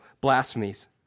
blasphemies